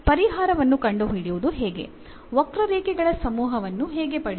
ಪರಿಹಾರವನ್ನು ಕಂಡುಹಿಡಿಯುವುದು ಹೇಗೆ ವಕ್ರರೇಖೆಗಳ ಸಮೂಹವನ್ನು ಹೇಗೆ ಪಡೆಯುವುದು